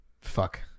Fuck